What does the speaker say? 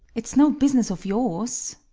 it's no business of yours.